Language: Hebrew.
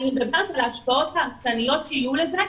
אני מדברת על ההשפעות ההרסניות שיהיו לזה,